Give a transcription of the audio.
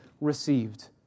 received